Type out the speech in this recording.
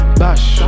bash